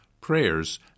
prayers